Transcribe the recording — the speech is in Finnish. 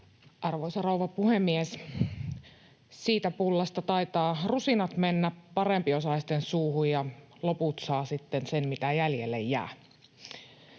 Arvoisa rouva puhemies! Siitä pullasta taitavat rusinat mennä parempiosaisten suuhun, ja loput saavat sitten sen, mitä jäljelle jää.